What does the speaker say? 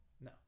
No